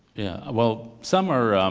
yeah, well some are,